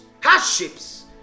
hardships